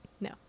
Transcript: No